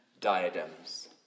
diadems